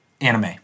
anime